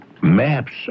maps